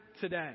today